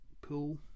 pool